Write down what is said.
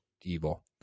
evil